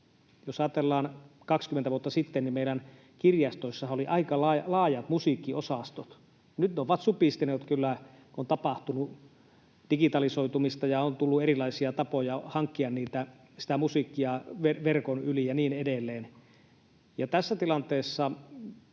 Jos ajatellaan, mitä oli 20 vuotta sitten, niin meidän kirjastoissammehan oli aika laajat musiikkiosastot. Nyt ne ovat kyllä supistuneet, on tapahtunut digitalisoitumista ja on tullut erilaisia tapoja hankkia sitä musiikkia verkon yli ja niin edelleen. Tässä tilanteessa